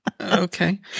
Okay